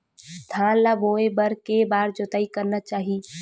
धान ल बोए बर के बार जोताई करना चाही?